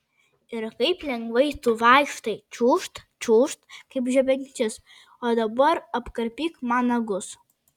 ir kaip lengvai tu vaikštai čiūžt čiūžt kaip žebenkštis o dabar apkarpyk man nagus